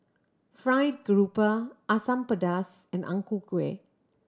fried grouper Asam Pedas and Ang Ku Kueh